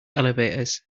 elevators